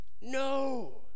No